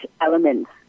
elements